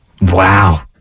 Wow